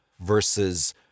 versus